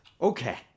Okay